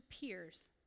peers